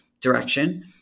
direction